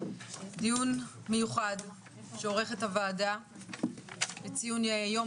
דיון מיוחד שעורכת הוועדה לציון יום